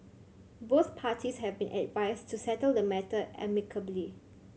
both parties have been advised to settle the matter amicably